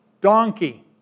donkey